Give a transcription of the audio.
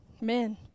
Men